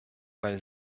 weil